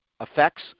effects